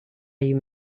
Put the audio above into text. you